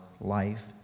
life